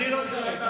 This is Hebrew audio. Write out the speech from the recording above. אני לא צריך.